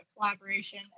collaboration